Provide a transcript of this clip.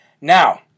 Now